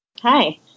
Hi